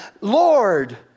Lord